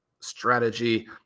strategy